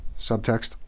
subtext